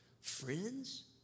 friends